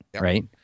right